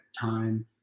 time